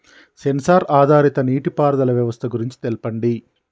Censor ఆధారిత నీటిపారుదల వ్యవస్థ గురించి తెల్పండి?